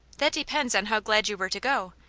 that depends on how glad you were to go.